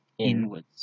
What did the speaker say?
inwards